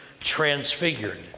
transfigured